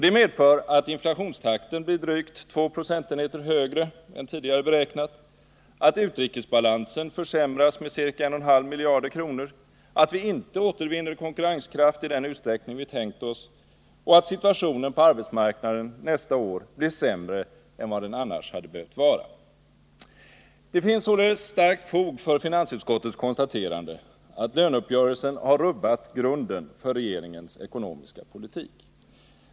Detta medför att inflationstakten blir drygt 2 procentenheter högre än tidigare beräknat, att utrikesbalansen försämras med ca 1,5 miljarder kronor, att vi inte återvinner konkurrenskraft i den utsträckning vi tänkt oss och att situationen på arbetsmarknaden nästa år blir sämre än vad den annars hade behövt vara. Det finns således starkt fog för finansutskottets konstaterande att löneuppgörelsen har rubbat grunden för regeringens ekonomiska politik.